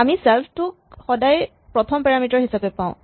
আমি চেল্ফ টোক সদায় প্ৰথম পাৰামিটাৰ হিচাপে পাওঁ